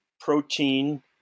protein